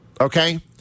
okay